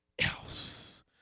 else